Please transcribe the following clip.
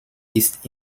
ist